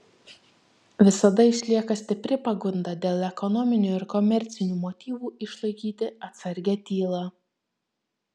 visada išlieka stipri pagunda dėl ekonominių ir komercinių motyvų išlaikyti atsargią tylą